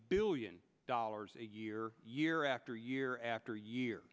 billion dollars a year year after year after year